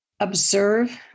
Observe